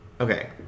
okay